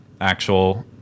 actual